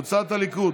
קבוצת סיעת הליכוד,